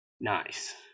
nice